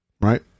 right